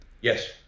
Yes